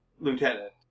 lieutenant